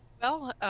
well,